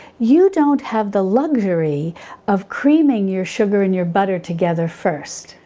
you don't have the luxury of creaming your sugar and your butter together first.